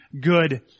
good